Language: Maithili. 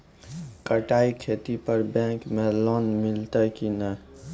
बटाई खेती पर बैंक मे लोन मिलतै कि नैय?